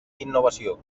innovació